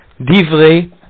Divrei